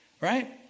right